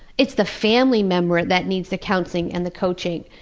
it's the family member that needs the counselling and the coaching,